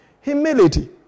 Humility